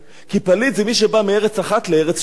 כי פליט זה מי שבא מארץ אחת לארץ שנייה.